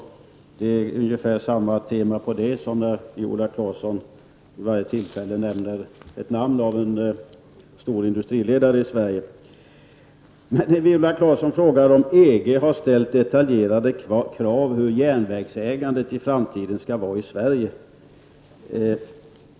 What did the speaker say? Hon spinner här på ungefär samma tema som när hon nämner namnet på en stor industriledare i Sverige. Viola Claesson frågade om EG ställt detaljerade krav på vilket järnvägsägande vi i framtiden skall ha i Sverige.